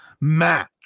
match